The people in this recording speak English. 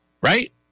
right